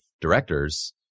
directors